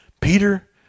Peter